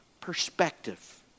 perspective